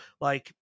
like-